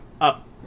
up